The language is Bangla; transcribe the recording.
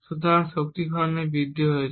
গোপন কী শনাক্তকরণ বৃদ্ধি করা হয়